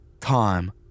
time